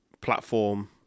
platform